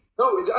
No